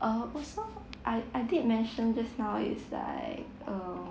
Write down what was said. uh also I I did mention just now is like um